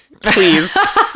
please